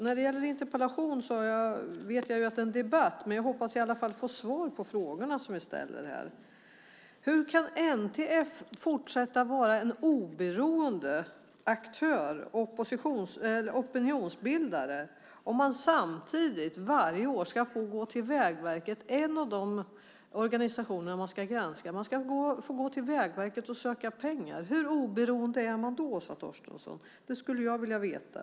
När det gäller interpellation vet jag att det är en debatt. Jag hoppas i alla fall få svar på frågorna som vi ställer här. Hur kan NTF fortsätta att vara en oberoende aktör och opinionsbildare om man samtidigt varje år ska få gå till Vägverket, en av de organisationer man ska granska, och söka pengar? Hur oberoende är man då, Åsa Torstensson? Det skulle jag vilja veta.